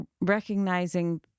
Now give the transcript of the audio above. recognizing